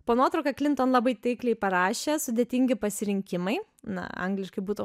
po nuotrauka klinton labai taikliai parašė sudėtingi pasirinkimai na angliškai būtų